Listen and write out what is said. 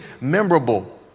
memorable